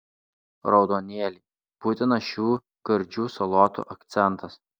raudonėliai būtinas šių gardžių salotų akcentas